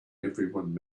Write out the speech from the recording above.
everyone